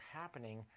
happening